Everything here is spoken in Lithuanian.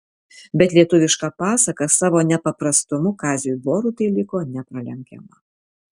bet lietuviška pasaka savo nepaprastumu kaziui borutai liko nepralenkiama